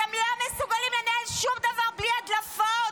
אתם לא מסוגלים לנהל שום דבר בלי הדלפות,